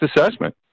assessment